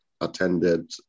attended